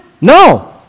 No